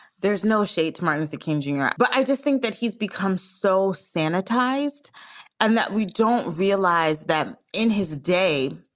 there's no shades. martin luther king, jr. but i just think that he's become so sanitized and that we don't realize that in his day.